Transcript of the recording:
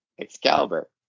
Excalibur